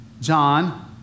John